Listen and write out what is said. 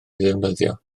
ddefnyddio